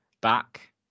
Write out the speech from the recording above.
back